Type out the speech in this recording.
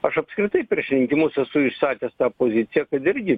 aš apskritai prieš rinkimus esu išsakęs tą poziciją kad irgi